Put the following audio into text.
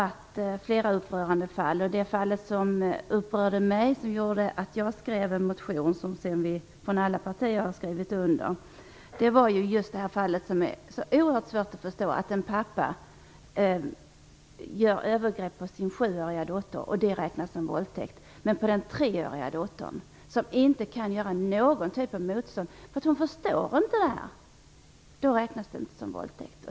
Ett fall upprörde mig särskilt och ledde till att jag skrev en motion, som sedan har skrivits under av alla partier. Det gäller ett fall som är oerhört svårt att förstå. En pappa gjorde övergrepp mot sin sjuåriga dotter, och det räknades som våldtäkt. Men övergreppen mot den treåriga dottern - som inte kan göra någon typ av motstånd, eftersom hon inte förstår det här - räknades inte som våldtäkt.